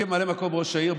כממלא מקום ראש העיר,